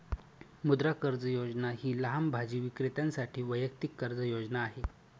मुद्रा कर्ज योजना ही लहान भाजी विक्रेत्यांसाठी वैयक्तिक कर्ज योजना आहे